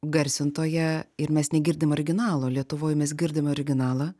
garsintoją ir mes negirdim originalo lietuvoj mes girdim originalą